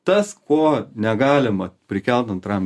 tas ko negalima prikelti antram